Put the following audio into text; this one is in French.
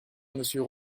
monsieur